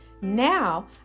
Now